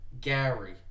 Gary